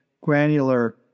granular